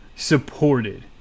supported